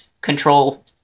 control